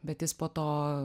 bet jis po to